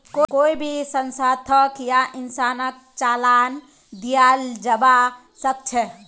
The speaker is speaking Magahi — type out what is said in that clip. कोई भी संस्थाक या इंसानक चालान दियाल जबा सख छ